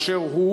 באשר הוא,